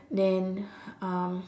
then um